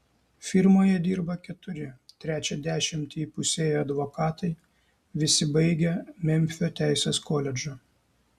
firmoje dirba keturi trečią dešimtį įpusėję advokatai visi baigę memfio teisės koledžą